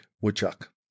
Woodchuck